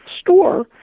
store